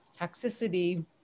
toxicity